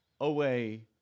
away